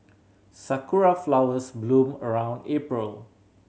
sakura flowers bloom around April